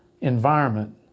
environment